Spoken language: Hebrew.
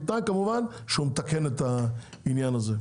בתנאי שהוא מתקן את העניין הזה.